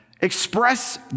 express